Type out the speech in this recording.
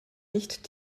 nicht